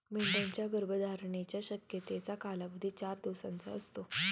मेंढ्यांच्या गर्भधारणेच्या शक्यतेचा कालावधी चार दिवसांचा असतो